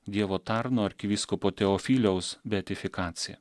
dievo tarno arkivyskupo teofiliaus beatifikaciją